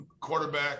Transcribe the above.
quarterback